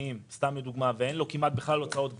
רווחיים מאוד ואין להם כמעט בכלל הוצאות קבועות.